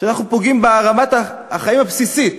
כשאנחנו פוגעים ברמת החיים הבסיסית,